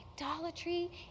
idolatry